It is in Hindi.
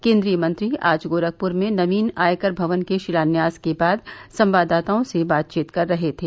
केन्द्रीय मंत्री आज गोरखपुर में नवीन आयकर भवन के शिलान्यास के बाद संवाददाताओं से बातचीत कर रहे थे